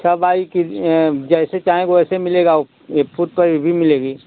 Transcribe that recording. सब आई के जैसे चाहें वैसे मिलेगा एक फुट को एवी मिलेगी